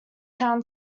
town